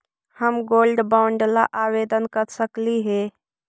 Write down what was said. हम gold bond ला आवेदन कर सकली हे?